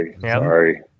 Sorry